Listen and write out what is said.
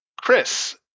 chris